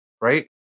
right